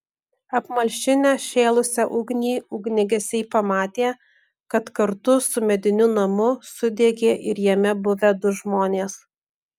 apmalšinę šėlusią ugnį ugniagesiai pamatė kad kartu su mediniu namu sudegė ir jame buvę du žmonės